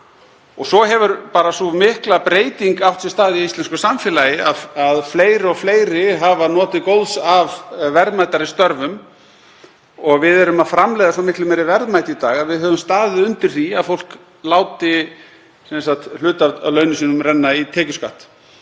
Svo hefur sú mikla breyting átt sér stað í íslensku samfélagi að fleiri og fleiri hafa notið góðs af verðmætari störfum, við erum að framleiða svo miklu meiri verðmæti í dag, svo að við höfum staðið undir því að fólk láti hluta af launum sínum renna í tekjuskatt.